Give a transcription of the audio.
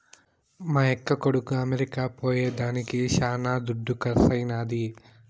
మా యక్క కొడుకు అమెరికా పోయేదానికి శానా దుడ్డు కర్సైనాది